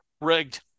Rigged